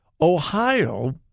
Ohio